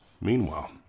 Meanwhile